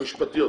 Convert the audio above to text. משפטיות.